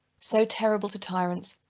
so terrible to tyrants,